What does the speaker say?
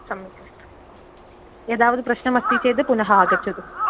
सम्यक् अस्तु यदा प्रश्नमस्ति चेद् पुनः आगच्छतु